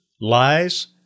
lies